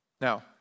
Now